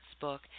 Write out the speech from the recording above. book